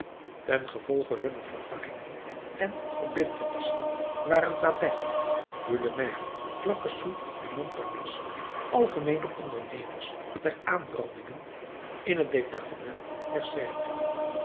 ten gevolge hunner vertakkingen en verbintenissen waren babet gueulemer claquesous en montparnasse de algemeene ondernemers der aanrandingen in het departement der seine